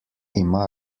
ima